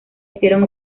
hicieron